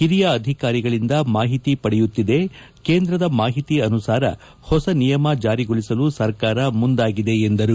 ಒರಿಯ ಅಧಿಕಾರಿಗಳಿಂದ ಮಾಹಿತಿ ಪಡೆಯುತ್ತಿದೆ ಕೇಂದ್ರದ ಮಾಹಿತಿ ಆನುಸಾರ ಹೊಸ ನಿಯಮ ಜಾರಿಗೊಳಿಸಲು ಸರ್ಕಾರ ಮುಂದಾಗಿದೆ ಎಂದರು